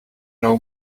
know